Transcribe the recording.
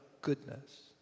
goodness